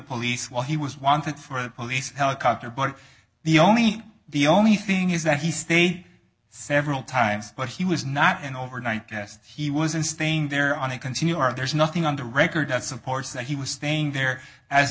police while he was wanted for the police helicopter but the only the only thing is that he stayed several times but he was not in overnight guests he was and staying there on a continual are there is nothing on the record that supports that he was staying there as